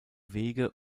wege